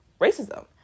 racism